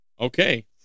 Okay